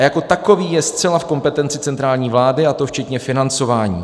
A jako takový je zcela v kompetenci centrální vlády, a to včetně financování.